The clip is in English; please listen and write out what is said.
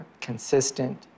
consistent